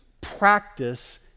practice